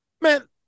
man